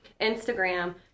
Instagram